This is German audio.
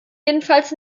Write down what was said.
jedenfalls